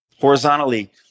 Horizontally